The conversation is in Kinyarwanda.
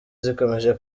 zikomeje